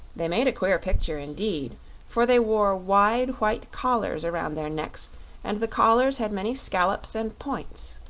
they made a queer picture, indeed for they wore wide, white collars around their necks and the collars had many scallops and points.